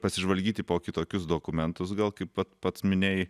pasižvalgyti po kitokius dokumentus gal kaip pat pats minėjai